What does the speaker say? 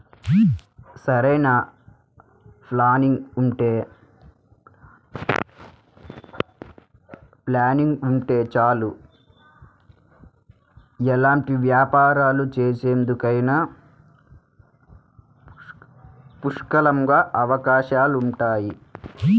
సరైన ప్లానింగ్ ఉంటే చాలు ఎలాంటి వ్యాపారాలు చేసేందుకైనా పుష్కలంగా అవకాశాలుంటాయి